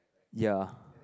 ya